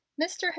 mr